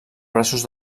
braços